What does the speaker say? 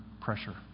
pressure